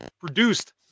produced